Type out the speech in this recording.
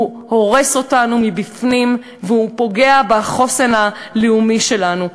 הוא הורס אותנו מבפנים והוא פוגע בחוסן הלאומי שלנו.